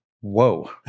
Whoa